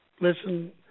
listen